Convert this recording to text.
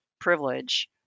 privilege